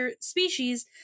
species